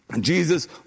Jesus